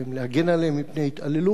להגן עליהם מפני התעללות,